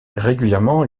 régulièrement